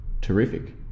terrific